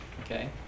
okay